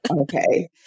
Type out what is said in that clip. Okay